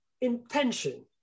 intention